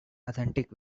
authentic